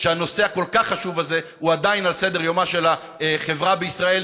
שהנושא הכל-כך חשוב הזה הוא עדיין על סדר-יומה של החברה בישראל,